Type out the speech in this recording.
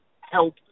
help